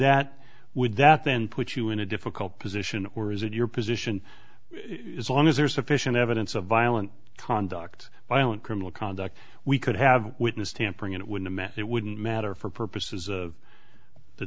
that would that then put you in a difficult position or is it your position as long as there's sufficient evidence of violent conduct by on criminal conduct we could have witness tampering it would be met it wouldn't matter for purposes of the